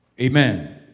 Amen